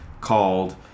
called